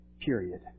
period